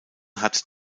hat